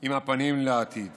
עם הפנים לעתיד